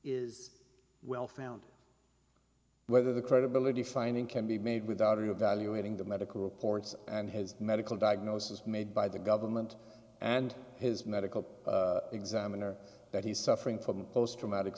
is well founded whether the credibility finding can be made without any of valuating the medical reports and his medical diagnosis made by the government and his medical examiner that he's suffering from post traumatic